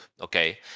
okay